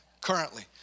currently